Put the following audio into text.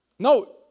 No